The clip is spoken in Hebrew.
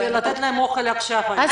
כדי לתת להם אוכל עכשיו, איילת.